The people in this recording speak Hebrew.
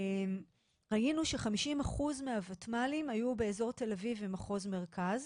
ראינו ש-50% מהוותמ"לים היו באזור תל-אביב ומחוז המרכז.